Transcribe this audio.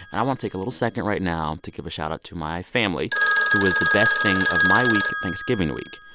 and i want take a little second right now to give a shout-out to my family who was the best thing of my week thanksgiving week.